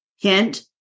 hint